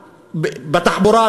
בתחבורה,